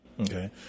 okay